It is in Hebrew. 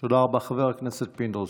חבר הכנסת פינדרוס,